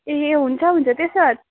ए हुन्छ हुन्छ त्यसो भए